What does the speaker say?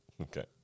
Okay